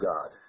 God